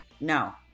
No